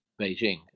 Beijing